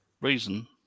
reason